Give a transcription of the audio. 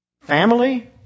family